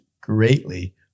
greatly